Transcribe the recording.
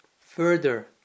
further